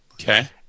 Okay